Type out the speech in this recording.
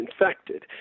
infected